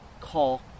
call